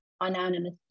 anonymous